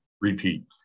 repeat